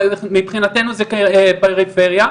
מבחינתנו זה פריפריה.